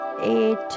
eight